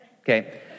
okay